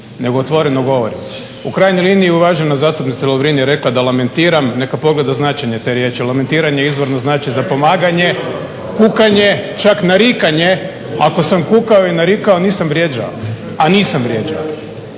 nego otvoreno govorim. U krajnjoj liniji uvažena zastupnica Lovrin je rekla da lamentiram, nek pogleda značenje te riječi, lamentiranje izvorno znači zapomaganje, kukanje, čak narikanje, ako sam kukao i narikao nisam vrijeđao a nisam vrijeđao